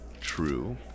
true